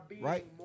right